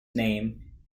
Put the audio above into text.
name